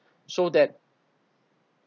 so that